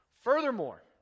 furthermore